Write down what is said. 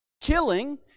Killing